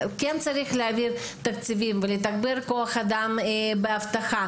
כן צריך להעביר תקציבים ולתגבר כוח אדם באבטחה.